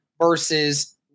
versus